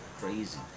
crazy